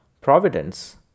Providence